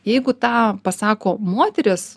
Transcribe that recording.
jeigu tą pasako moteris